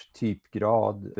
typgrad